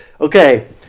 Okay